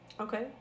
Okay